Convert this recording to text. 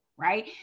right